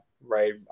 right